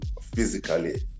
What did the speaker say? physically